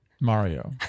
Mario